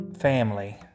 family